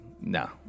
No